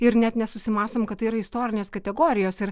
ir net nesusimąstom kad tai yra istorinės kategorijos ir